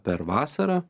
per vasarą